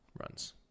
runs